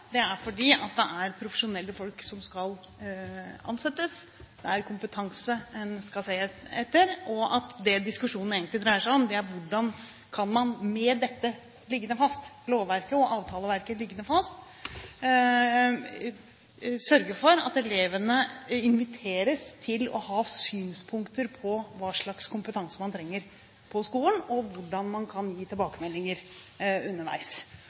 Det er fordi det er profesjonelle folk som skal ansettes, det er kompetanse man skal se etter. Det diskusjonen egentlig dreier seg om, er hvordan man kan med dette lovverket og avtaleverket liggende fast sørge for at elevene inviteres til å ha synspunkter på hva slags kompetanse man trenger i skolen og hvordan man kan gi tilbakemeldinger underveis.